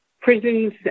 prisons